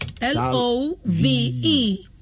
L-O-V-E